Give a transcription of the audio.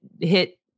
hit